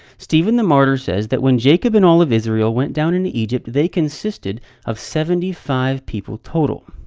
stephen the martyr says that when jacob and all of israel went down into egypt, they consisted of seventy five people total.